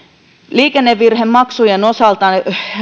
liikennevirhemaksujen osalta